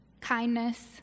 kindness